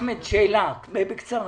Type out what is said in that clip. אחמד, שאלה, בקצרה.